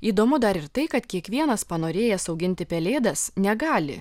įdomu dar ir tai kad kiekvienas panorėjęs auginti pelėdas negali